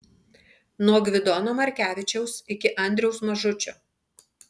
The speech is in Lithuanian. nuo gvidono markevičiaus iki andriaus mažučio